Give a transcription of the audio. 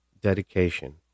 Dedication